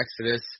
Exodus